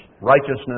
righteousness